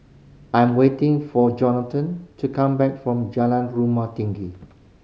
I'm waiting for Jonathon to come back from Jalan Rumah Tinggi